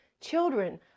children